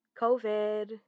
COVID